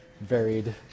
varied